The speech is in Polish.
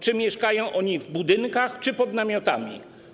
Czy mieszkają oni w budynkach, czy pod namiotami?